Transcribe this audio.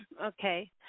Okay